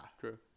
True